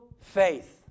faith